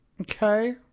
Okay